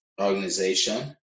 organization